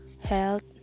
health